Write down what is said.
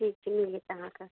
ठीक छै मिल जेतै अहाँके